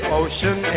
ocean